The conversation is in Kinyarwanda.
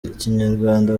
ikinyarwanda